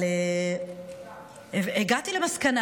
אבל הגעתי למסקנה,